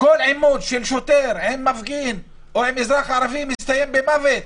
כל עימות של שוטר עם מפגין או עם אזרח ערבי מסתיים במוות.